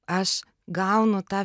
aš gaunu tą